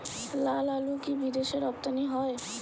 লালআলু কি বিদেশে রপ্তানি হয়?